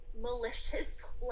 malicious